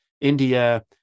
India